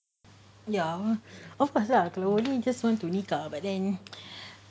ya of course lah you too just want the nikah but then